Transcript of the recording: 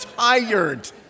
tired